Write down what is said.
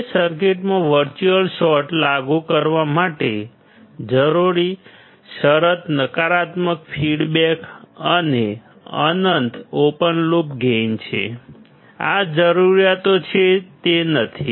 હવે સર્કિટમાં virtual short લાગુ કરવા માટે જરૂરી શરત નકારાત્મક ફીડબેક અને અનંત ઓપન લૂપ ગેઇન છે આ જરૂરિયાતો છે તે નથી